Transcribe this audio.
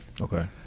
Okay